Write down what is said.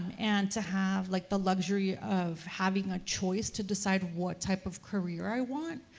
and to have like the luxury of having a choice to decide what type of career i want,